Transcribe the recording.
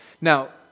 Now